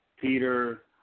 Peter